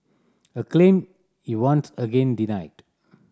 a claim he once again denied